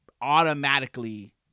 automatically